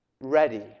ready